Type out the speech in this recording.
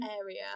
area